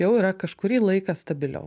jau yra kažkurį laiką stabiliau